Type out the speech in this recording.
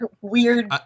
weird